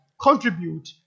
contribute